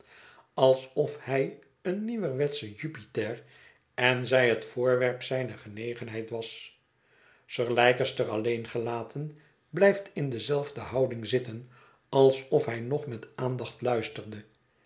alsof hij een nieuwerwetsche jupiter en zij het voorwerp zijner genegenheid was sir leicester alleen gelaten blijft in dezelfde houding zitten alsof hij nog met aandacht luisterde